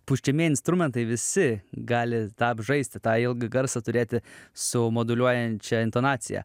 pučiamieji instrumentai visi gali apžaisti tą ilgą garsą turėti su moduliuojančia intonacija